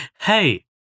hey